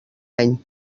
any